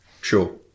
sure